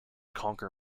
conquer